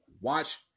watch